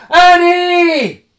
Annie